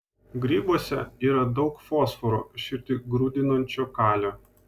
grybuose yra daug fosforo širdį grūdinančio kalio